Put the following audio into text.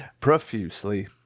profusely